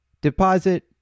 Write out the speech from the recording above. Deposit